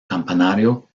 campanario